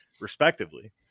respectively